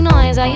Noise